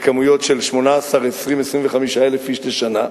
בכמויות של 18,000, 20,000, 25,000 איש לשנה,